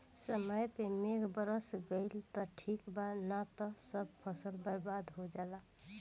समय पे मेघ बरस गईल त ठीक बा ना त सब फसल बर्बाद हो जाला